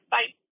Bye